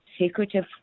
secretive